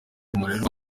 umurerwa